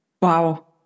Wow